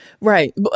Right